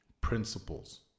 principles